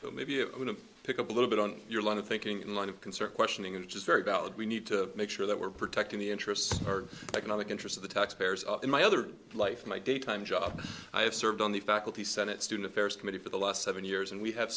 so maybe it wouldn't pick up a little bit on your line of thinking in light of concert questioning it is very valid we need to make sure that we're protecting the interests economic interest of the taxpayers up in my other life my daytime job i have served on the faculty senate student affairs committee for the last seven years and we have